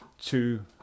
two